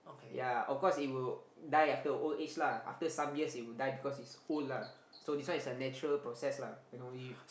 ya of course it will die after old age lah after some years it will die because it's old lah so this one is natural process lah you know